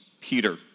Peter